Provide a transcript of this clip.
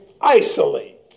isolate